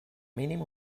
mínim